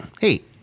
hey